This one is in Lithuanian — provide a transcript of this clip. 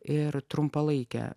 ir trumpalaikę